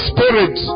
Spirit